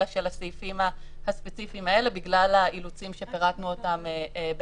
אלא של הסעיפים הספציפיים האלה בגלל האילוצים שפירטנו בעבר.